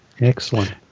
excellent